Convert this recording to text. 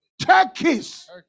turkeys